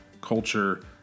culture